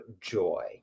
joy